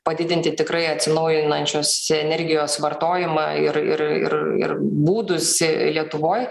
padidinti tikrai atsinaujinančios energijos vartojimą ir ir ir ir būdus lietuvoj